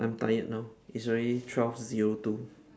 I'm tired now it's already twelve zero two